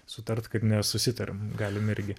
sutarti kad nesusitariame galime irgi